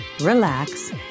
relax